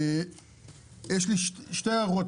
יש לי שתי הערות,